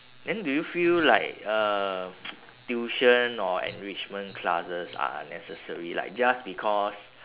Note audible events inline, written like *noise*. then do you feel like uh *noise* tuition or enrichment classes are necessary like just because